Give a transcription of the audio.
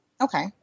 Okay